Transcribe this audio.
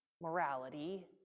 morality